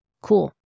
cool